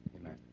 Amen